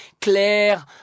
Claire